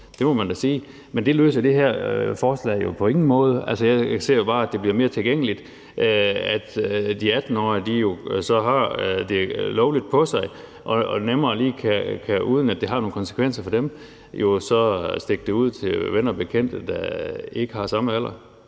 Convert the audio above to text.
Det må man da sige. Men det løser det her forslag jo på ingen måde. Jeg ser jo bare, at det bliver mere tilgængeligt, og at de 18-årige jo så har det lovligt på sig og nemmere, uden at det har nogen konsekvenser for dem, lige kan stikke det ud til venner og bekendte, der ikke har samme alder.